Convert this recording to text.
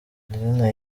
izina